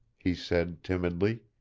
he said, timidly.